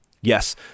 Yes